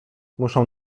muszę